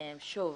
שוב,